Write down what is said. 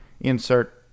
insert